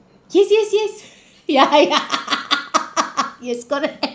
yes yes yes ya ya yes correct